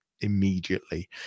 immediately